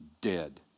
dead